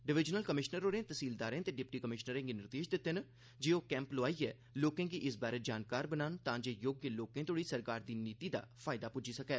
divisional commissioner होरें तैह्सीलदारें ते डिप्टी कमिशनरें गी निर्देश दित्ते जे ओह् कैंप लोआइयै लोकें गी इस बारै जानकार बनान तांजे योग्य लोकें तोह्ड़ी सरकार दी नीति दा फायदा पुज्जी सकै